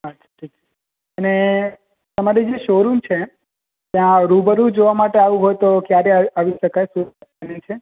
અચ્છા અને તમારું જે શોરૂમ છે ત્યાં રૂબરૂ જ આવવ માટે આવવું હોય તો ત્યાં આવી શકાય છે આવી રીતે